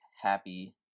Happy